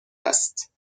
است